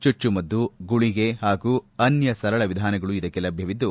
ಚುಚ್ಚುಮದ್ದು ಗುಳಗೆ ಹಾಗೂ ಅನ್ನ ಸರಳ ವಿಧಾನಗಳೂ ಇದಕ್ಕೆ ಲಭ್ಯವಿದ್ದು